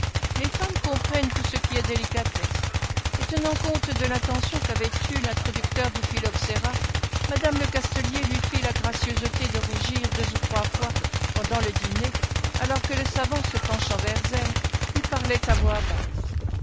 les femmes comprennent tout ce qui est délicatesse et tenant compte de l'intention qu'avait eue l'introducteur du phylloxera madame lecastelier lui fit la gracieuseté de rougir deux ou trois fois pendant le dîner alors que le savant se penchant vers elle lui parlait à voix basse